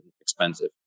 expensive